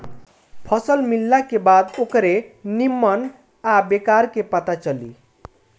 फसल मिलला के बाद ओकरे निम्मन आ बेकार क पता चली